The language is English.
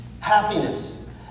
happiness